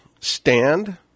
stand